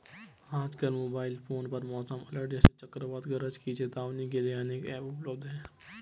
आजकल mobile phone पर मौसम अलर्ट जैसे चक्रवात गरज की चेतावनी के लिए अनेक ऐप उपलब्ध है